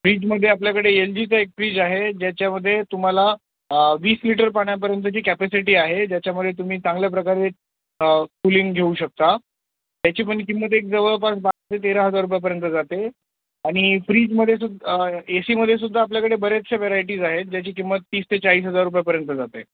फ्रीजमध्ये आपल्याकडे एल जीचा एक फ्रीज आहे ज्याच्यामध्ये तुम्हाला वीस लिटर पाण्यापर्यंतची कॅपॅसिटी आहे ज्याच्यामध्ये तुम्ही चांगल्या प्रकारे कूलिंग घेऊ शकता त्याची पण किंमत एक जवळपास बारा ते तेरा हजार रुपयापर्यंत जाते आणि फ्रीजमध्ये सुद् ए सीमध्ये सुद्धा आपल्याकडे बरेचशा व्हरायटीज आहेत ज्याची किंमत तीस ते चाळीस हजार रुपयापर्यंत जाते